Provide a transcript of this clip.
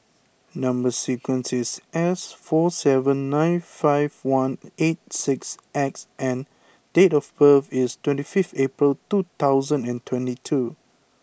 number sequence is S four seven nine five one eight six X and date of birth is twenty five April two thousand and twenty two